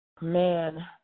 Man